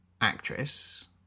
actress